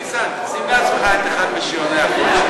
ניסן, שים לעצמך את אחד משעוני החול.